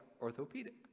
orthopedic